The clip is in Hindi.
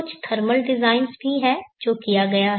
कुछ थर्मल डिजाइन भी है जो किया गया है